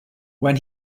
when